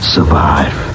Survive